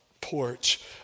porch